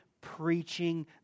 preaching